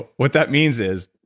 what that means is